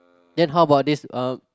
then how about this uh